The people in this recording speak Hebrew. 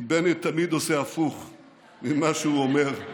כי בנט תמיד עושה הפוך ממה שהוא אומר,